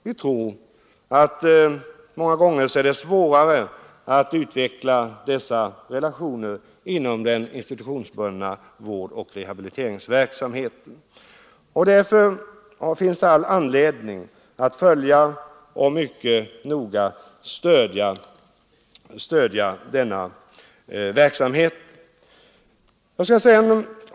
Vi tror också att det många gånger är svårare att utveckla dessa relationer inom den institutionsbundna vårdoch rehabiliteringsverksamheten. Därför finns det all anledning att noga följa och stödja denna verksamhet.